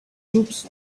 groups